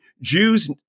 Jews